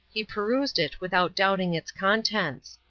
he perused it without doubting its contents.